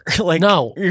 No